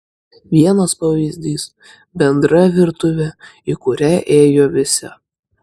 vienas pavyzdys bendra virtuvė į kurią ėjo visi